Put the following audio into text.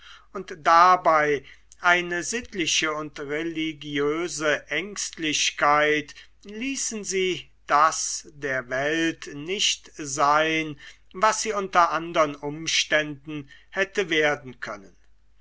und dabei eine sittliche und religiöse ängstlichkeit ließen sie das der welt nicht sein was sie unter andern um ständen hätte werden können